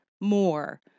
more